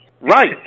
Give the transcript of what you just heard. Right